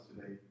today